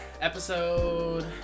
Episode